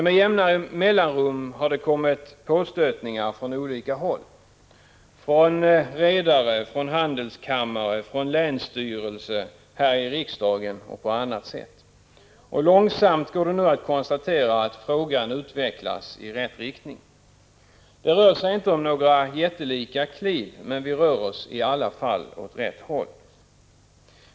Med jämna mellanrum har det dock kommit påstötningar från olika håll — från redare, från handelskammare, från länsstyrelse, här i riksdagen och från andra håll. Långsamt går det nu att konstatera att frågan utvecklas i rätt riktning. Det rör sig inte om några jättelika kliv, men vi rör oss i alla fall åt rätt håll.